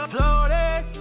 Floating